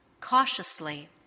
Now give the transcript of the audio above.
Cautiously